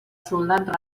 soldat